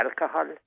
alcohol